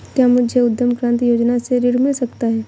क्या मुझे उद्यम क्रांति योजना से ऋण मिल सकता है?